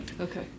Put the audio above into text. Okay